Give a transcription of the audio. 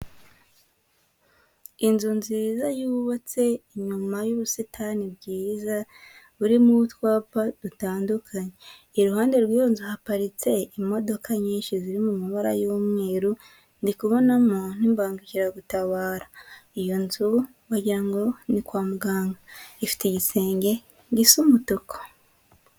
Inzu nziza yubatse inyuma y'ubusitani bwiza burimo utwapa dutandukanye. Iruhande rw'iyo nzu haparitse imodoka nyinshi ziri mu mbara y'umweru, ndi kubonamo n'ibangukiragutabara. Iyo nzu wagira ngo ni kwa muganga. Iyo nzu ifite igisenge gisa umutuku.